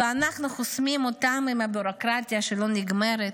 ואנחנו חוסמים אותם עם הביורוקרטיה שלא נגמרת.